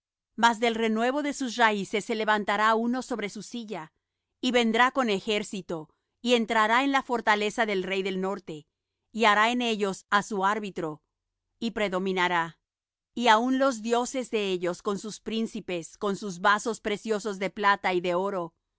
mas del renuevo de sus raíces se levantará uno sobre su silla y vendrá con ejército y entrará en la fortaleza del rey del norte y hará en ellos á su arbitrio y predominará y aun los dioses de ellos con sus príncipes con sus vasos preciosos de plata y de oro